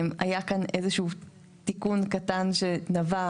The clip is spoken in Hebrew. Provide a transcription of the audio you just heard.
היה כאן איזה שהוא תיקון קטן שנבע מבלבול.